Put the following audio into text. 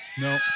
No